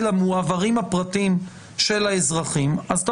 אלא מועברים הפרטים של האזרחים אז אתה